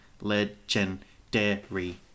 Legendary